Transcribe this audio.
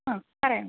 ആ പറയാം